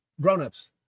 grownups